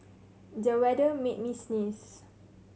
the weather made me sneeze